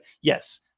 yes